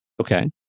Okay